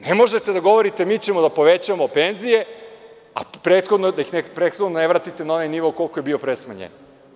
Ne možete da govorite – mi ćemo da povećamo penzije; a da ih prethodno ne vratite na onaj nivo koliki je bio pre smanjenja.